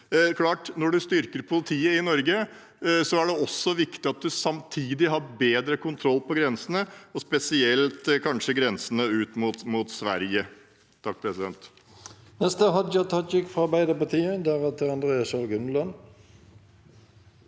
når en styrker politiet i Norge, er det også viktig at en samtidig har bedre kontroll på grensene, og kanskje spesielt grensen mot Sverige.